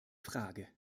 frage